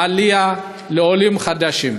לעלייה ולעולים החדשים.